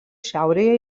šiaurėje